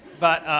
but